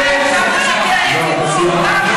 כמה אפשר לשקר לציבור?